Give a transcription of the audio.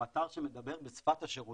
הוא אתר שמדבר בשפת השירותים.